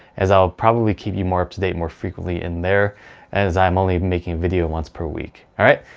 as i'll probably keep you more up to date more frequently in there as i'm only making videos once per week all right.